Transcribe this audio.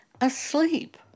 asleep